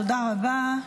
תודה רבה.